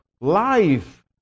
life